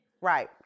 right